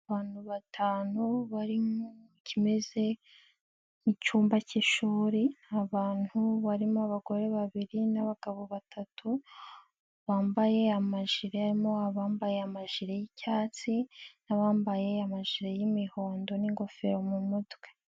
Abantu batanu bari mu kimeze nk'icyumba cy'ishuri, abantu barimo abagore babiri n'abagabo batatu bambaye amajire, harimo abambaye amajire y'icyatsi n'abambaye amajire y'imihondo n'ingofero mu mutwe.